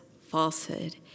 falsehood